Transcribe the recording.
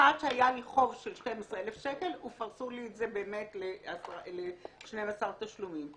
שהיה לי חוב של 12,000 שקל ופרסו לי את זה ל-12 תשלומים,